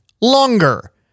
longer